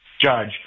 judge